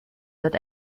wird